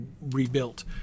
rebuilt